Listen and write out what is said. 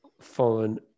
foreign